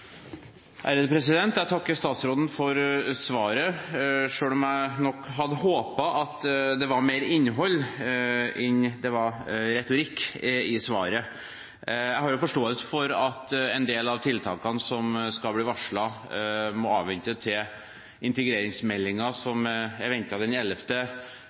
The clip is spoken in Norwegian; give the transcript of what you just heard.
Jeg takker statsråden for svaret, selv om jeg nok hadde håpet at det var mer innhold enn retorikk i svaret. Jeg har forståelse for at en del av tiltakene som skal varsles, må avvente til integreringsmeldingen som er ventet den